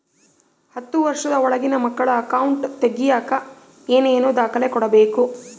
ಹತ್ತುವಷ೯ದ ಒಳಗಿನ ಮಕ್ಕಳ ಅಕೌಂಟ್ ತಗಿಯಾಕ ಏನೇನು ದಾಖಲೆ ಕೊಡಬೇಕು?